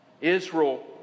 Israel